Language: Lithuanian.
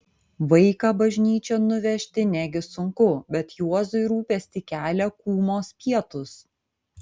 vaiką bažnyčion nuvežti negi sunku bet juozui rūpestį kelia kūmos pietūs